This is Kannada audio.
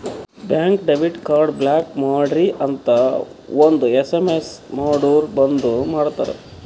ಬ್ಯಾಂಕ್ಗ ಡೆಬಿಟ್ ಕಾರ್ಡ್ ಬ್ಲಾಕ್ ಮಾಡ್ರಿ ಅಂತ್ ಒಂದ್ ಎಸ್.ಎಮ್.ಎಸ್ ಮಾಡುರ್ ಬಂದ್ ಮಾಡ್ತಾರ